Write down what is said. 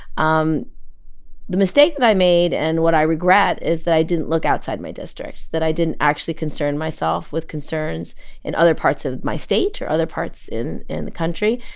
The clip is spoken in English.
um the mistake that i made and what i regret is that i didn't look outside my district, that i didn't actually concern myself with concerns in other parts of my state or other parts in in the country.